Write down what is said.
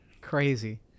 crazy